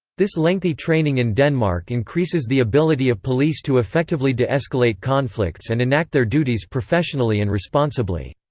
this lengthy training in denmark increases the ability of police to effectively de-escalate conflicts and enact their duties professionally and responsibly.